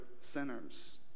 sinners